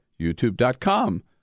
youtube.com